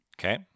Okay